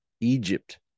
Egypt